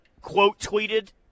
quote-tweeted